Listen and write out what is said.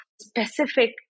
specific